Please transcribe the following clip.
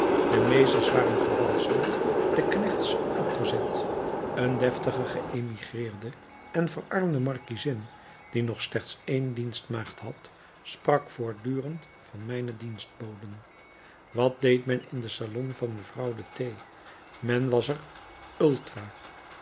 de meesters waren gebalsemd de knechts opgezet een deftige geëmigreerde en verarmde markiezin die nog slechts één dienstmaagd had sprak voortdurend van mijne dienstboden wat deed men in den salon van mevrouw de t men was er ultra